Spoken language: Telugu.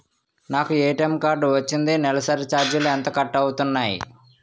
నాకు ఏ.టీ.ఎం కార్డ్ వచ్చింది నెలసరి ఛార్జీలు ఎంత కట్ అవ్తున్నాయి?